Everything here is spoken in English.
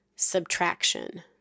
subtraction